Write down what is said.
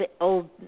old